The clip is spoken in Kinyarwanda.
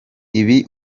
ibi